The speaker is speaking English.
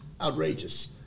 Outrageous